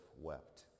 wept